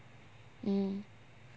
mm